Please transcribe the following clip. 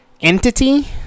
entity